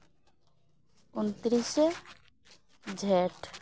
ᱩᱱᱛᱨᱤᱥᱮ ᱡᱷᱮᱸᱴ